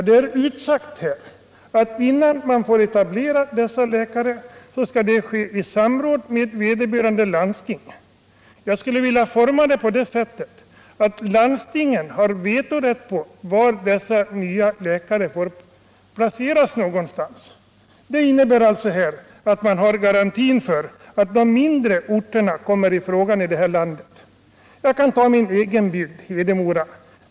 Det är här utsagt att innan bindning för vissa man etablerar dessa läkare skall det ske samråd med vederbörande lands = privatpraktiserande ting. Jag skulle vilja formulera det så att landstingen har vetorätt i fråga — läkare om var dessa nya läkare får placeras. Det innebär alltså att man har garanti för att de mindre orterna i landet kommer i fråga. Jag kan ta min egen hemort, Hedemora, som exempel.